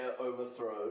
overthrown